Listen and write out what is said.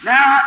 Now